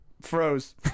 froze